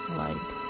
light